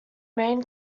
main